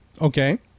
Okay